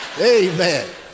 Amen